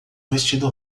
vestido